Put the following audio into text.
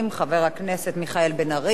חבר הכנסת מיכאל בן-ארי,